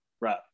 Right